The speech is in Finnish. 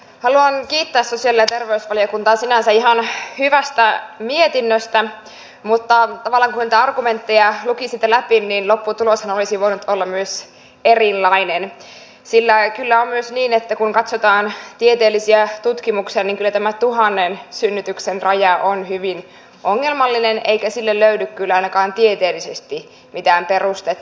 haluan kiittää sosiaali ja terveysvaliokuntaa sinänsä ihan hyvästä mietinnöstä mutta tavallaan kun niitä argumentteja luki sitten läpi niin lopputuloshan olisi voinut olla myös erilainen sillä kyllä on myös niin että kun katsotaan tieteellisiä tutkimuksia tämä tuhannen synnytyksen raja on hyvin ongelmallinen eikä sille löydy ainakaan tieteellisesti mitään perustetta